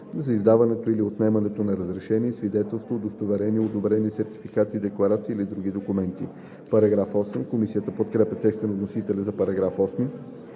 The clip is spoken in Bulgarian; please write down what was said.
за издаването или отнемането на разрешения, свидетелства, удостоверения, одобрения, сертификати, декларации или други документи.“ Комисията подкрепя текста на вносителя за § 8.